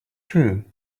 true